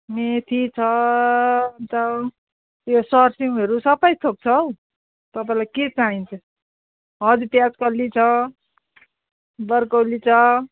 मेथी छ चौ त्यो सर्सिमहरू सबै थोक छ हौ तपाईँलाई के चाहिन्छ हजुर प्याज कल्ली छ ब्रोकली छ